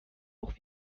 auch